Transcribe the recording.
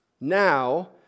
now